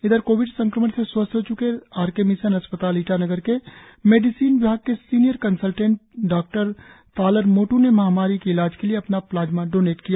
इधर कोविड सक्रमण से स्वस्थ हो च्के राम कृष्ण मिशन अस्पताल ईटानगर के मेडिसिन विभाग के सीनियर कंसलटेंट डॉतालर मोटू ने महामारी के इलाज के लिए अपना प्लाज्मा डोनेट किया